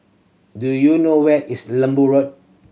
do you know where is Lembu Road